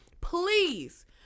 please